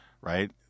right